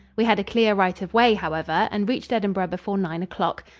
we had a clear right-of-way, however, and reached edinburgh before nine o'clock.